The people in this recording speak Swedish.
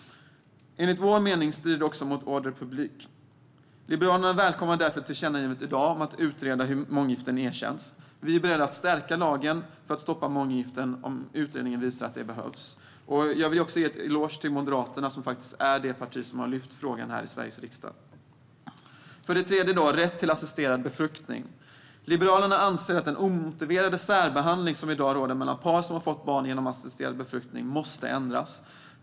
Enligt vår mening strider det också mot ordre public. Liberalerna välkomnar därför tillkännagivandet i dag om att utreda hur månggiften erkänns. Vi är beredda att stärka lagen för att stoppa månggiften om utredningen visar att det behövs. Jag vill också ge en eloge till Moderaterna, som är det parti som har lyft upp frågan här i Sveriges riksdag. Den tredje punkten rör rätt till assisterad befruktning. Liberalerna anser att den omotiverade särbehandling som i dag råder mellan par som har fått barn genom assisterad befruktning måste ändras.